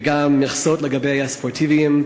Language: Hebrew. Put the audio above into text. וגם מכסות לגבי הספורטיביים?